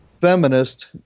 feminist